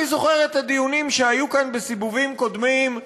אני זוכר את הדיונים שהיו כאן בסיבובים קודמים,